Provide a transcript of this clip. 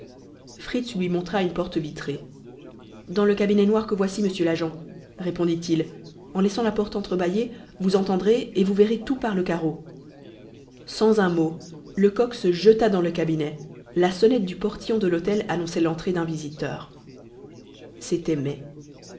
fritz lui montra une porte vitrée dans le cabinet noir que voici monsieur l'agent répondit-il en laissant la porte entre-bâillée vous entendrez et vous verrez tout par le carreau sans un mot lecoq se jeta dans le cabinet la sonnette du portillon de l'hôtel annonçait l'entrée d'un visiteur c'était mai